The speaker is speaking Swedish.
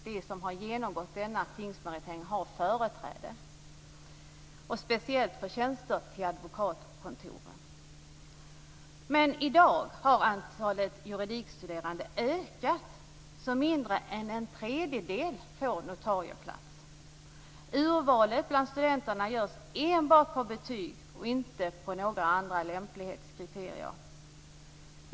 De som har genomgått denna tingsmeritering har företräde, speciellt till tjänster på advokatkontoren. Men i dag har antalet juridikstuderande ökat, och mindre än en tredjedel får notarieplats. Urvalet bland studenterna görs enbart utifrån betyg och inte utifrån några andra lämplighetskriterier.